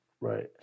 Right